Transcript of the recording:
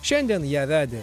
šiandien ją vedė